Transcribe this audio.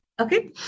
okay